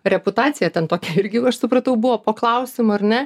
reputacija ten to irgi aš supratau buvo po klausimu ar ne